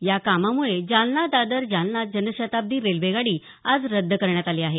या कामामुळे जालना दादर जालना जनशताब्दी रेल्वेगाडी आज रद्द करण्यात आली आहे